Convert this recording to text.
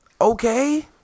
Okay